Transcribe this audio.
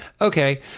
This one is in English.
okay